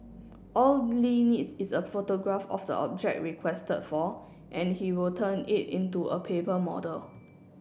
all Li needs is a photograph of the object requested for and he will turn it into a paper model